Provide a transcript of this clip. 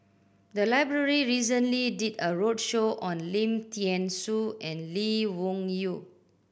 the library recently did a roadshow on Lim Thean Soo and Lee Wung Yew